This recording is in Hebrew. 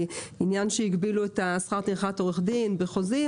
עניין שהגבילו את שכר טרחת עורך דין בחוזים,